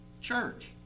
church